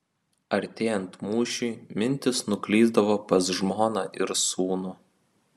artėjant mūšiui mintys nuklysdavo pas žmoną ir sūnų